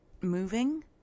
moving